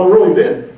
really been.